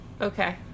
Okay